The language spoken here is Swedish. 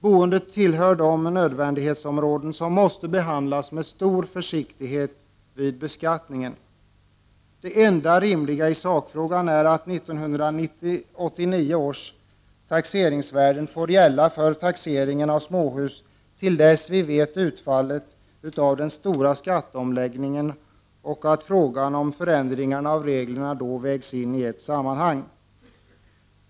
Boendet tillhör de nödvändighetsområden som måste behandlas med stor försiktighet vid beskattning. Det enda rimliga i sakfrågan är att 1989 års taxeringsvärden får gälla för taxeringen av småhus till dess vi vet utfallet av den stora skatteomläggningen. Frågan om förändringar av reglerna skall då vägas in i det sammanhanget.